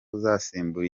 uzasimbura